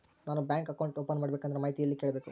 ನಾನು bank account open ಮಾಡಬೇಕಂದ್ರ ಮಾಹಿತಿ ಎಲ್ಲಿ ಕೇಳಬೇಕು?